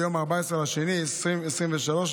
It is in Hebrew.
ביום 14 בפברואר 2023,